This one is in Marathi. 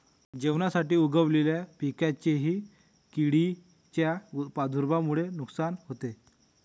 जेवणासाठी उगवलेल्या पिकांचेही किडींच्या प्रादुर्भावामुळे नुकसान होते